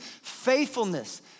faithfulness